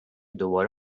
دوباره